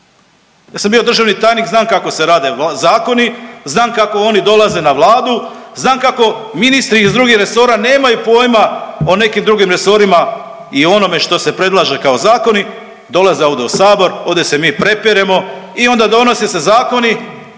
Ja sam bio državni tajnik, znam kako se rade zakoni, znam kako oni dolaze na Vladu, znam kako ministri iz drugih resora nemaju pojma o nekim drugim resorima i onome što se predlaže kao zakoni, dolaze ovdje u Sabor, ovdje se mi prepiremo i onda donose se zakoni